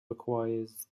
required